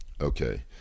Okay